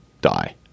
die